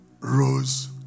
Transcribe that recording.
Rose